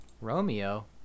Romeo